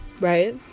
right